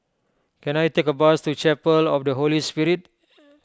can I take a bus to Chapel of the Holy Spirit